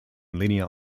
linear